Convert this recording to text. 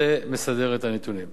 זה מסדר את הנתונים.